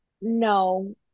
no